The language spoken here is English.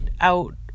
out